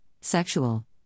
sexual